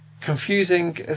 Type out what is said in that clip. confusing